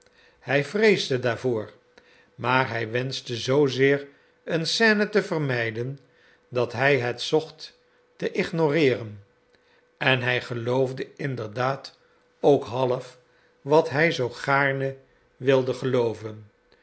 hij vreesde daarvoor maar hij wenschte zoozeer een scène te vermijden dat hij het zocht te ignoreeren en hij geloofde inderdaad ook half wat hij zoo gaarne wilde gelooven